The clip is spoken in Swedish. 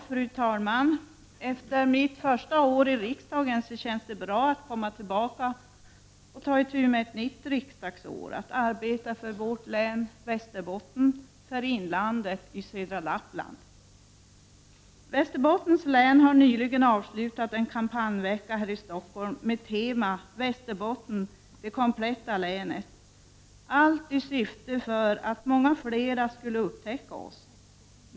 Fru talman! Efter mitt första år i riksdagen känns det bra att komma tillbaka och ta itu med ett nytt riksdagsår och med att arbeta för vårt län, Västerbotten, och för inlandet i södra Lappland. Västerbottens län har nyligen avslutat en kampanjvecka här i Stockholm med tema Västerbotten, det kompletta länet. Allt i syfte att många fler skulle upptäcka oss.